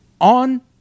on